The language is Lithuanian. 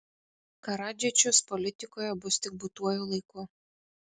karadžičius politikoje bus tik būtuoju laiku